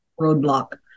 Roadblock